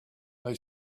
they